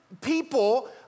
people